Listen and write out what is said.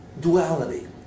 duality